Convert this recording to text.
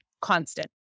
constant